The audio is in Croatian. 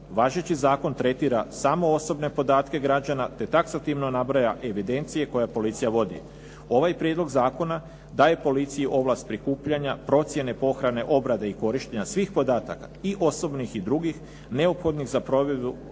Važeći zakon tretira samo osobne podatke građana te taksativno nabraja evidencije koje policija vodi. Ovaj prijedlog zakona daje policiji ovlast prikupljanja, procjene pohrane, obrade i korištenja svih podataka i osobnih i drugih neophodnih za provedbu